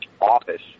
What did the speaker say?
office